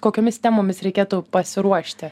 kokiomis temomis reikėtų pasiruošti